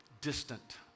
distant